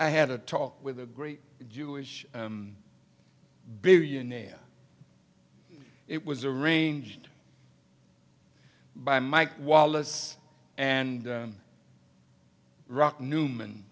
i had a talk with a great jewish billionaire it was arranged by mike wallace and rock newman